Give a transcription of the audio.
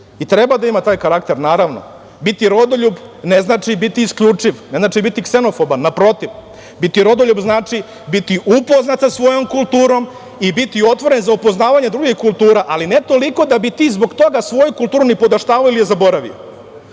I treba da ima taj karakter, naravno. Biti rodoljub ne znači biti isključiv, ne znači biti ksenofoban. Naprotiv, biti rodoljub znači biti upoznat sa svojom kulturom i biti otvoren za upoznavanje drugih kultura, ali ne toliko da bi ti zbog toga svoju kulturu nipodaštavao ili zaboravio.